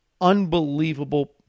unbelievable